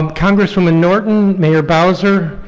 um congresswoman norton, mayor bowser,